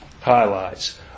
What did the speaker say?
highlights